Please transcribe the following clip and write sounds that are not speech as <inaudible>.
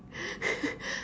<laughs>